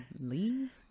Leave